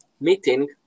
meeting